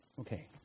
okay